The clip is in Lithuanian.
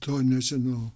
to nežinau